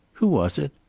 who was it?